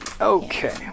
okay